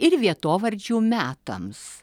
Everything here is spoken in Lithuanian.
ir vietovardžių metams